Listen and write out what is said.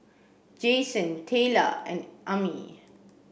Jayson Tayla and Ami